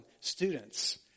students